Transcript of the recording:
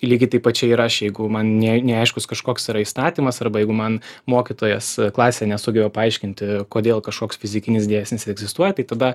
lygiai taip pat čia ir aš jeigu man ne neaiškus kažkoks įstatymas arba jeigu man mokytojas klasėj nesugeba paaiškinti kodėl kažkoks fizikinis dėsnis egzistuoja tai tada